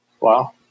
Wow